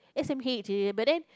s_m_h eh but then